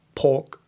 pork